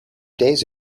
days